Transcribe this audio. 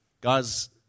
Guys